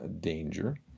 danger